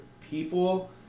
people